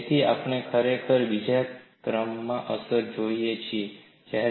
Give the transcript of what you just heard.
તેથી આપણે ખરેખર બીજા ક્રમમાં અસર જોઈ રહ્યા છો